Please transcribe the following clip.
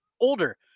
older